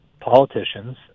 politicians